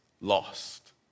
lost